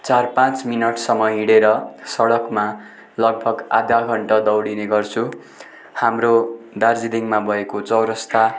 चार पाँच मिनटसम्म हिँडेर सडकमा लगभग आधा घन्टा दौडिने गर्छु हाम्रो दार्जिलिङमा भएको चौरस्ता